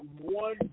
one